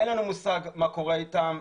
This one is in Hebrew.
אין לנו מושג מה קורה אתם,